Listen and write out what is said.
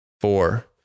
four